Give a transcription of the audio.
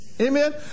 Amen